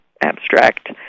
abstract